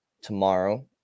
tomorrow